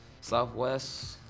Southwest